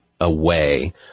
away